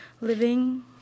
living